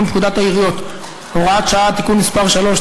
פקודת העיריות (הוראת שעה) (תיקון מס' 3),